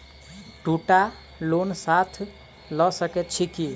दु टा लोन साथ लऽ सकैत छी की?